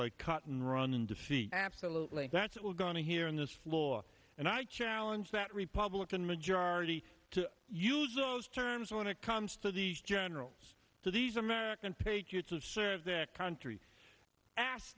like cut and run defeat absolutely that's what we're going to hear on this floor and i challenge that republican majority to use those terms when it comes to these generals to these american patriots will serve their country ask